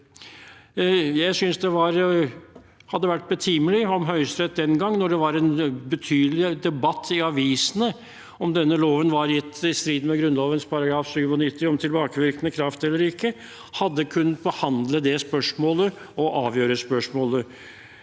Jeg synes det hadde vært betimelig om Høyesterett den gang, da det var en betydelig debatt i avisene om denne loven var gitt i strid med Grunnloven § 97 om tilbakevirkende kraft, hadde kunnet behandle det spørsmålet og avgjøre det.